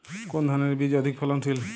কোন ধানের বীজ অধিক ফলনশীল?